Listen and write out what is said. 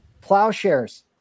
Plowshares